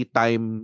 time